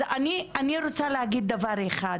אז אני רוצה להגיד דבר אחד,